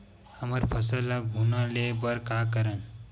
हमर फसल ल घुना ले बर का करन?